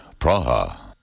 Praha